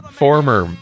former